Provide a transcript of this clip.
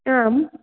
आम्